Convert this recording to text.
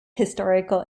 historical